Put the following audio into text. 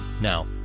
Now